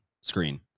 screen